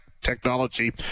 technology